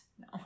No